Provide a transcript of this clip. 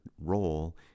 role